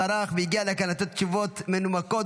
הוא טרח והגיע לכאן לתת תשובות מנומקות,